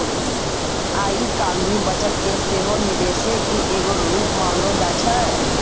आइ काल्हि बचत के सेहो निवेशे के एगो रुप मानलो जाय छै